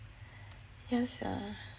yah sia